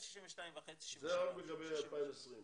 השר להשכלה גבוהה ומשלימה זאב אלקין: ל-62.5.